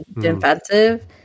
defensive